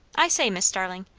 i say, miss starling,